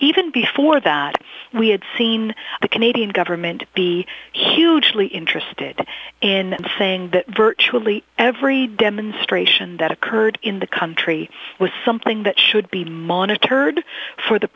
even before that we had seen the canadian government be hugely interested in saying that virtually every demonstration that occurred in the country was something that should be monitored for the